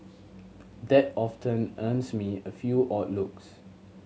that often earns me a few odd looks